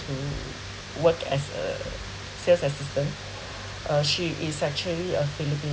to work as a sales assistant uh she is actually a filipino